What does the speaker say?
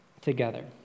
together